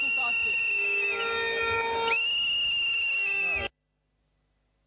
Hvala